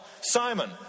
Simon